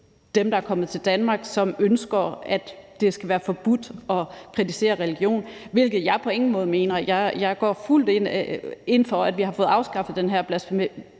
dem, som er kommet til Danmark, og som ønsker, at det skal være forbudt at kritisere religion, hvilket jeg på ingen måde mener. Jeg går fuldt ind for, at vi har fået afskaffet den her blasfemiparagraf,